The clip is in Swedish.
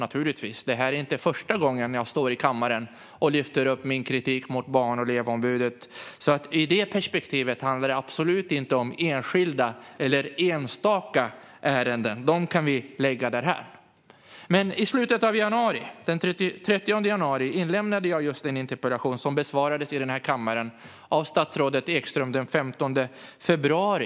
Det här är inte första gången jag står i kammaren och lyfter upp min kritik mot Barn och elevombudet. I det perspektivet handlar detta absolut inte om enskilda eller enstaka ärenden. Sådant kan vi lämna därhän. Den 30 januari inlämnade jag en interpellation som besvarades i kammaren av statsrådet Ekström den 15 februari.